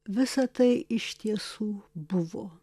visa tai iš tiesų buvo